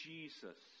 Jesus